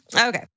Okay